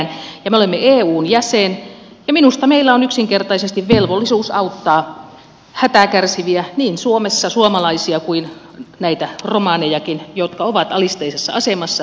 me olemme eun jäsen ja minusta meillä on yksinkertaisesti velvollisuus auttaa hätää kärsiviä niin suomessa suomalaisia kuin näitä romanejakin jotka ovat alisteisessa asemassa